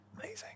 Amazing